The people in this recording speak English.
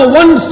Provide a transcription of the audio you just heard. one